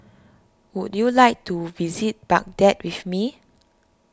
would you like to visit Baghdad with me